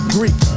Greek